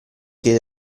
che